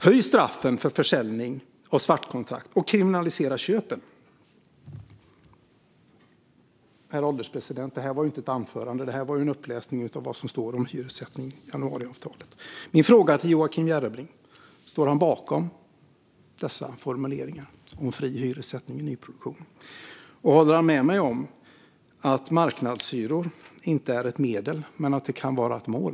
Höj straffen för försäljning av svartkontrakt och kriminalisera köpen." Herr ålderspresident! Detta var inte ett anförande utan en uppläsning av vad som står om hyressättning i januariavtalet. Mina frågor till Joakim Järrebring är: Står han bakom dessa formuleringar om fri hyressättning vid nyproduktion? Håller han med mig om att marknadshyror inte är ett medel men att de kan vara ett mål?